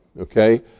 okay